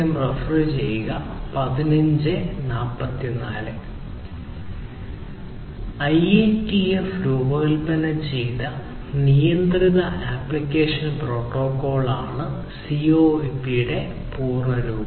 IATF രൂപകൽപ്പന ചെയ്ത നിയന്ത്രിത ആപ്ലിക്കേഷൻ പ്രോട്ടോക്കോളാണ് CoAP ന്റെ പൂർണ്ണ രൂപം